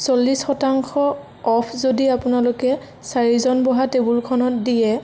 চল্লিছ শতাংশ অফ যদি আপোনালোকে চাৰিজন বহা টেবুলখনত দিয়ে